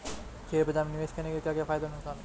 Share बाज़ार में निवेश करने के क्या फायदे और नुकसान हैं?